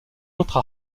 autre